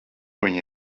viņa